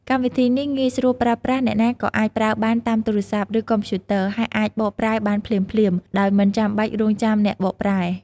កម្មវិធីនេះងាយស្រួលប្រើប្រាស់ អ្នកណាក៏អាចប្រើបានតាមទូរសព្ទ ឬកុំព្យូទ័រ ហើយអាចបកប្រែបានភ្លាមៗ ដោយមិនចាំបាច់រង់ចាំអ្នកបកប្រែ។